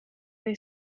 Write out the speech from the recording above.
they